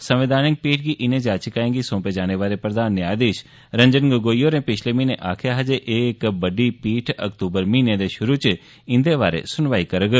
संवैधानिक पीठ गी इनें याचिकाएं गी सौंपे जाने बारै प्रधान न्यायधीश रंजन गगोई होरें पिछले म्हीने आक्खेआ हा जे इक बड्डी पीठ अक्तूबर म्हीने दे शुरु च इन्दे बारै च सुनवाई करौग